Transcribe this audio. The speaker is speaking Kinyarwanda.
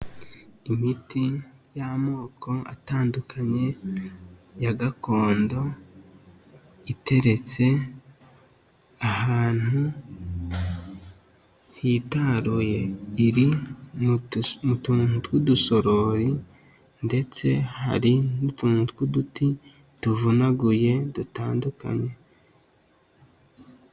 Imiti y'amoko atandukanye ya gakondo, iteretse ahantu hitaruye, iri mu tuntu tw'udusorori ndetse hari n'utuntu tw'uduti tuvunaguye dutandukanye.